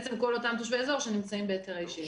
בעצם כל אותם תושבי אזור שנמצאים בהיתרי שהייה.